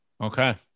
Okay